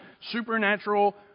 supernatural